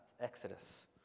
exodus